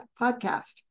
podcast